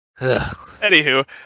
anywho